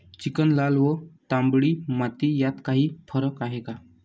Chicken, लाल व तांबडी माती यात काही फरक आहे का?